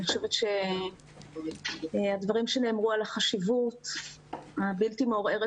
אני חושבת שהדברים שנאמרו על החשיבות הבלתי מעורערת